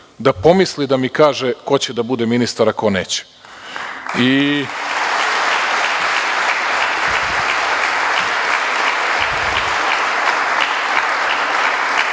da pomisli da mi kaže ko će da bude ministar, a ko neće. Ali,